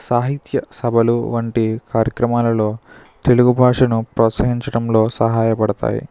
సాహిత్య సభలు వంటి కార్యక్రమాలలో తెలుగు భాషను ప్రోత్సహించడంలో సహాయ పడతాయి